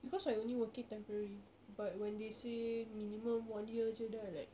because I only working temporary but when they say minimum one year jer then I like